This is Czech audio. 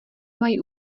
mají